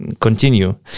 continue